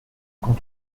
quand